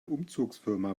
umzugsfirma